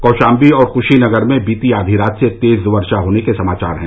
कौशाम्बी और कुशीनगर में बीती आधी रात से तेज वर्षा होने के समाचार हैं